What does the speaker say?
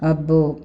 అబ్బో